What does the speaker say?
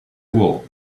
wool